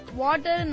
water